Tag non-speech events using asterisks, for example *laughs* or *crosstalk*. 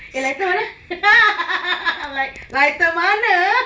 eh lighter mana *laughs* like lighter mana